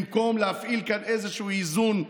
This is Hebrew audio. במקום להפעיל כאן איזשהו איזון,